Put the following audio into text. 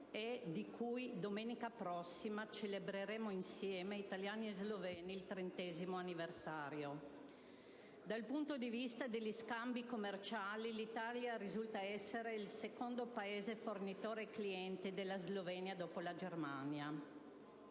di cui domenica prossima celebreremo insieme il trentesimo anniversario. Dal punto di vista degli scambi commerciali l'Italia risulta essere il secondo Paese fornitore e cliente della Slovenia dopo la Germania.